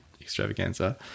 extravaganza